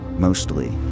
Mostly